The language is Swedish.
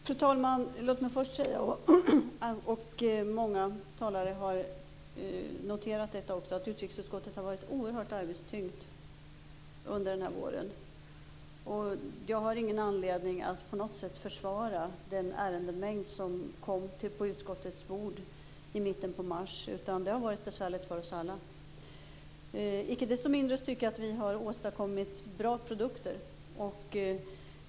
Fru talman! Låt mig först säga - många talare har också noterat detta - att utrikesutskottet har varit oerhört arbetstyngt under den här våren. Jag har ingen anledning att på något sätt försvara den ärendemängd som kom på utskottets bord i mitten på mars. Det har varit besvärligt för oss alla. Icke desto mindre tycker jag att vi har åstadkommit bra produkter.